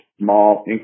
small